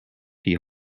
die